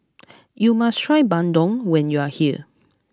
you must try Bandung when you are here